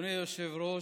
אדוני היושב-ראש,